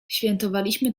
świętowaliśmy